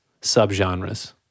subgenres